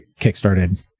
kickstarted